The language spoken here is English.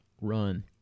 run